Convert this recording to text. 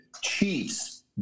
Chiefs